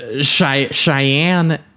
Cheyenne